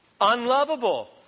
Unlovable